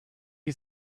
you